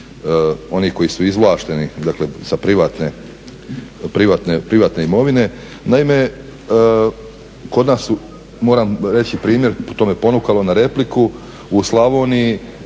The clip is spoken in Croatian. onih koji su izvlašteni, dakle sa privatne imovine. Naime, kod nas su, moram reći primjer, to me ponukalo na repliku, u Slavoniji